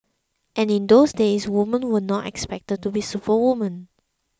and in those days women were not expected to be superwomen